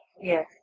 Yes